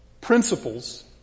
principles